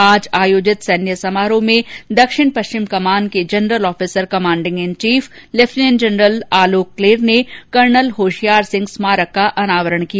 आज आयोजित सैन्य समारोह में दक्षिण पश्चिम कमान के general officer commanding in chief lieutenant general Alok Kler ने कर्नल होशियार सिंह स्मारक का अनावरण किया